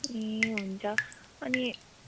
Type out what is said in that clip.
ए हुन्छ अनि